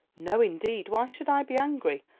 no, indeed, why should i be angry?